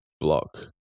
block